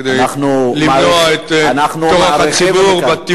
אנחנו מעריכים את זה.